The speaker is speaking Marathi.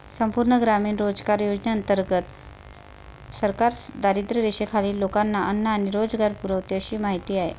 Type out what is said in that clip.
संपूर्ण ग्रामीण रोजगार योजनेंतर्गत सरकार दारिद्र्यरेषेखालील लोकांना अन्न आणि रोजगार पुरवते अशी माहिती आहे